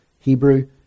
Hebrew